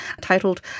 titled